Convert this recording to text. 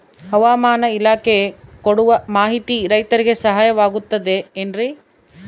ಹವಮಾನ ಇಲಾಖೆ ಕೊಡುವ ಮಾಹಿತಿ ರೈತರಿಗೆ ಸಹಾಯವಾಗುತ್ತದೆ ಏನ್ರಿ?